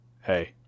hey